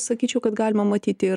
sakyčiau kad galima matyti ir